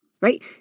right